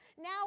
Now